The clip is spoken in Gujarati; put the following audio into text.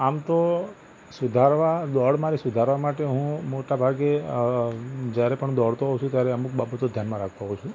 આમ તો સુધારવા દોડ મારી સુધારવા માટે હું મોટા ભાગે જયારે પણ દોડતો હોઉં છું ત્યારે અમુક બાબતો ધ્યાનમાં રાખતો હોઉં છું